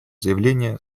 заявление